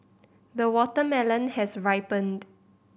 the watermelon has ripened